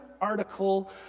article